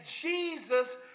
Jesus